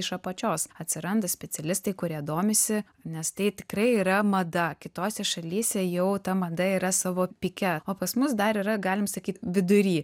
iš apačios atsiranda specialistai kurie domisi nes tai tikrai yra mada kitose šalyse jau ta mada yra savo pike o pas mus dar yra galim sakyt vidury